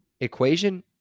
equation